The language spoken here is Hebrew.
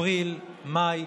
אפריל, מאי,